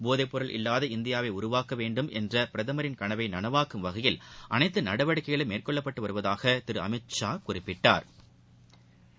போதைப்பொருள் இல்லாத இந்தியாவை உருவாக்க வேண்டுமென்ற பிரதமரின் கனவை நனவாக்கும் வகையில் அனைத்து நடவடிக்கைகளும் மேற்கொள்ளப்பட்டு வருவதாக திரு அமித்ஷா குறிப்பிட்டா்